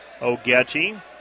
Ogechi